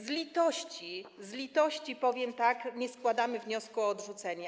Z litości - z litości, powiem tak - nie składamy wniosku o odrzucenie.